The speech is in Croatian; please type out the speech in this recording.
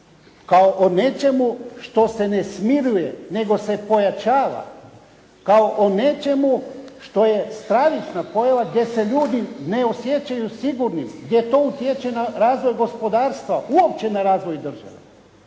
kao o nečemu što se ne smiruje, nego se pojačava, kao o nečemu što je stravična pojava, gdje se ljudi ne osjećaju sigurni, gdje to utječe na razvoj gospodarstva, uopće na razvoj države.